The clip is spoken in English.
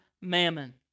mammon